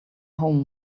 home